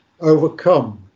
overcome